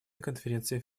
конференциях